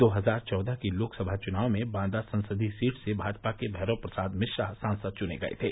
दो हजार चौदह की लोकसभा चुनाव में बांदा संसदीय सीट से भाजपा के भैरो प्रसाद मिश्रा सांसद चुने गये थे